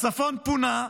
הצפון פונה.